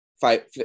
five